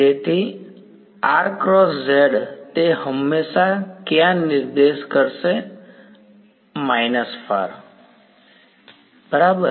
તેથી તે હંમેશા ક્યાં નિર્દેશ કરશે બરાબર